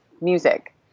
music